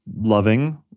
loving